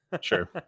Sure